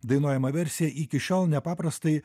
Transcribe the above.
dainuojama versija iki šiol nepaprastai